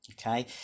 Okay